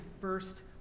first